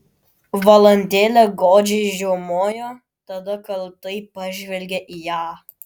valandėlę godžiai žiaumojo tada kaltai pažvelgė į ją